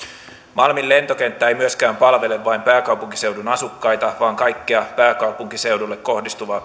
malmin lentokenttä ei myöskään palvele vain pääkaupunkiseudun asukkaita vaan kaikkea pääkaupunkiseudulle kohdistuvaa